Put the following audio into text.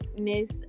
Miss